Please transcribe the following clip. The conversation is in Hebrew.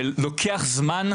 שלוקח זמן,